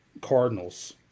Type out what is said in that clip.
Cardinals